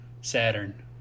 Saturn